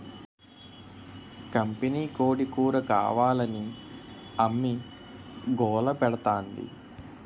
కంపినీకోడీ కూరకావాలని అమ్మి గోలపెడతాంది